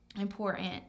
important